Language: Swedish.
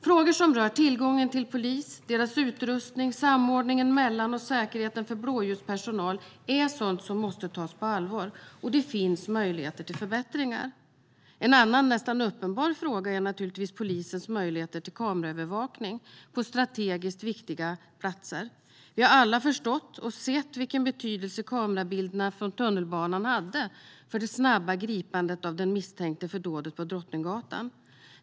Frågor som rör tillgången på poliser, deras utrustning, samordningen mellan och säkerheten för blåljuspersonal är sådant som måste tas på allvar. Det finns möjligheter till förbättringar. En annan nästan uppenbar fråga är polisens möjligheter till kameraövervakning på strategiskt viktiga platser. Vi har alla förstått och sett vilken betydelse kamerabilderna från tunnelbanan hade för det snabba gripandet av den misstänkte för dådet på Drottninggatan.